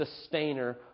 sustainer